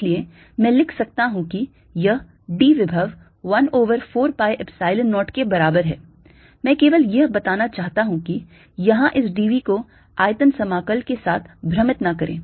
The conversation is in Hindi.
इसलिए मैं लिख सकता हूं कि यह d विभव 1 over 4 pi Epsilon 0 के बराबर है मैं केवल यह बताना चाहता हूं कि यहां इस d v को आयतन समाकल के साथ भ्रमित न करें